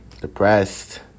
depressed